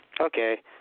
Okay